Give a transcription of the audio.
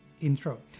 intro